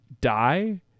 die